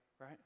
right